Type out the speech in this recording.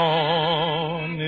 on